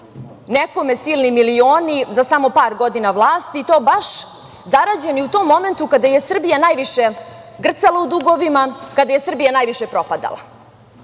nekome silni miliona za samo par godina vlasti i to baš zarađeni u tom momentu kada je Srbija najviše grcala u dugovima, kada je Srbija najviše propadala.